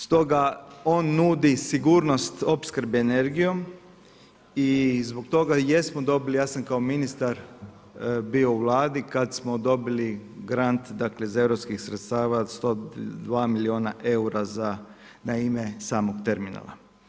Stoga on nudi sigurnost opskrbe energijom i zbog toga jesmo dobili, ja sam kao ministar bio u Vladi, kada smo dobili grant, dakle, iz europskih sredstava od 102 milijuna eura za, na ime samog terminala.